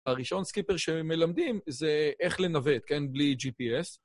הראשון סקיפר שמלמדים זה איך לנווט, כן? בלי GPS.